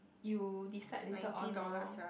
you decide later on lor